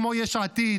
כמו יש עתיד,